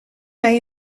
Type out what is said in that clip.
bij